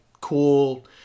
cool